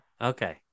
okay